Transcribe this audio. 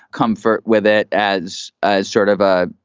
comfort with it as as sort of a,